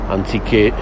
anziché